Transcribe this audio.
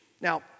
Now